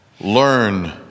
learn